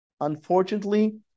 unfortunately